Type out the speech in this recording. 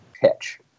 pitch